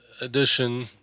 edition